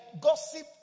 gossip